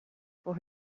voor